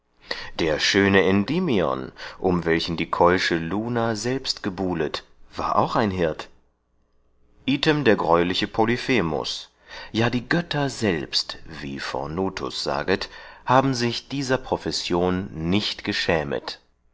der schöne endimion umb welchen die keusche luna selbst gebuhlet war auch ein hirt item der greuliche polyphemus ja die götter selbst wie phornutus saget haben sich dieser profession nicht geschämet